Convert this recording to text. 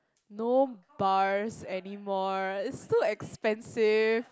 no bars anymore it's so expensive